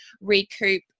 recoup